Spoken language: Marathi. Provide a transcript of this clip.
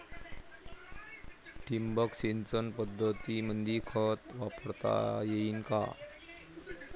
ठिबक सिंचन पद्धतीमंदी खत वापरता येईन का?